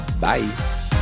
Bye